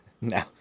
No